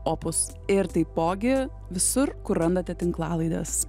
opus ir taipogi visur kur randate tinklalaides